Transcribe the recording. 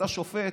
אתה שופט,